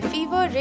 Fever